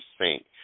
sink